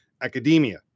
academia